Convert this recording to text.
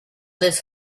this